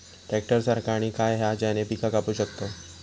Tractor सारखा आणि काय हा ज्याने पीका कापू शकताव?